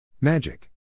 Magic